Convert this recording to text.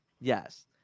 yes